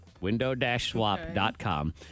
window-swap.com